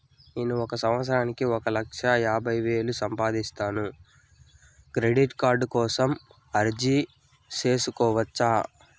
నేను ఒక సంవత్సరానికి ఒక లక్ష యాభై వేలు సంపాదిస్తాను, క్రెడిట్ కార్డు కోసం అర్జీ సేసుకోవచ్చా?